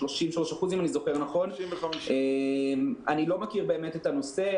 אם אני זוכר נכון אני לא מכיר את הנושא.